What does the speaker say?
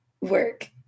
work